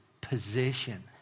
position